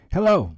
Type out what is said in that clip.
Hello